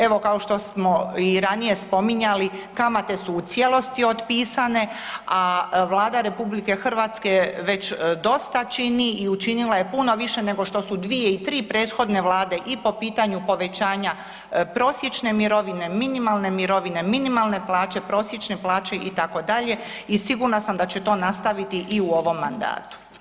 Evo, kao što smo i ranije spominjali, kamate su u cijelosti otpisane, a Vlada RH već dosta čini i učinila je puno više nego što su dvije i tri prethodne vlade i po pitanju povećanja prosječne mirovine, minimalne mirovine, minimalne plaće, prosječne plaće itd. i sigurna sam da će to nastaviti i u ovom mandatu.